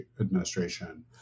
administration –